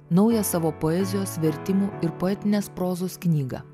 naują savo poezijos vertimų ir poetinės prozos knygą